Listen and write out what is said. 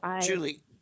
Julie